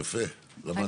יפה, למדתי.